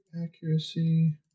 accuracy